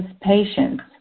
patients